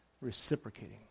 reciprocating